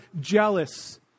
jealous